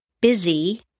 busy